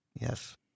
Yes